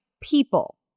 people